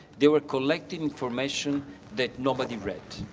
they were collecting information that nobody read.